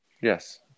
Yes